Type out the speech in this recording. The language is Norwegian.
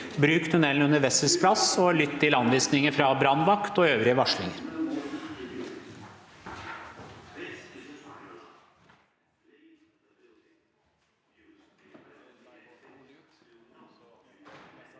Bruk tunnelen under Wessels plass og lytt til anvisninger fra brannvakt og øvrig varsling.